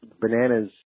bananas